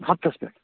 ہفتَس پٮ۪ٹھ